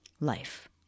life